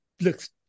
looks